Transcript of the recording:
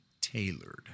tailored